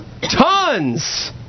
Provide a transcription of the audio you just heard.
tons